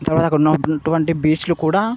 ఇంకా అక్కడున్నటువంటి బీచ్లు కూడా